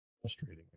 frustrating